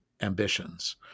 ambitions